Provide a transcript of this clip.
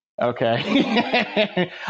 Okay